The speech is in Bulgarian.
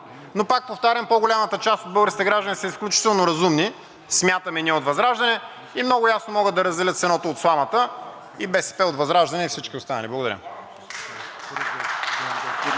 Но пак повтарям: по-голямата част от българските граждани са изключително разумни, смятаме ние от ВЪЗРАЖДАНЕ, и много ясно могат да разделят сеното от сламата, и БСП от ВЪЗРАЖДАНЕ и всички останали. Благодаря.